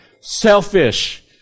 selfish